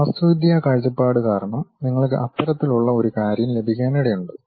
വാസ്തുവിദ്യാ കാഴ്ചപ്പാട് കാരണം നിങ്ങൾക്ക് അത്തരത്തിലുള്ള ഒരു കാര്യം ലഭിക്കാനിടയുണ്ട്